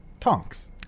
Tonks